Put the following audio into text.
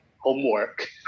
homework